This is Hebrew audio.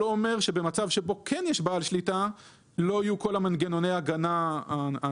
לא אומר שבמצב שבו כן יש בעל שליטה לא יהיו כל מנגנוני ההגנה הנחוצים.